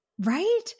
Right